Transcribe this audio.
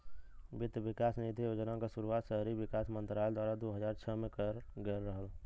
वित्त विकास निधि योजना क शुरुआत शहरी विकास मंत्रालय द्वारा दू हज़ार छह में करल गयल रहल